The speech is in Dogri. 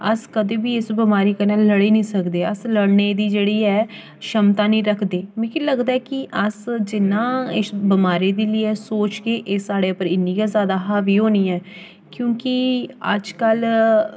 अस कदें बी इस बमारी कन्नै लड़ी निं सकदे अस लड़ने दी जेह्ड़ी ऐ क्षमता निं रखदे मिगी लगदा कि अस जिन्ना इस बमारी गी लेइयै सोचगे एह् साढ़े पर इन्नी गै जैदा हावी होनी ऐ क्योंकि अजकल